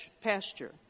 pasture